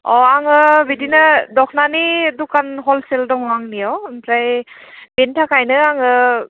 अह आङो बिदिनो दख'नानि दुखान हलसेल दङ आंनियाव ओमफ्राय बिनि थाखायनो आङो